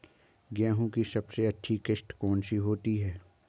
गेहूँ की सबसे अच्छी किश्त कौन सी होती है?